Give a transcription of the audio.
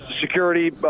security